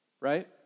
right